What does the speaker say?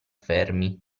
fermi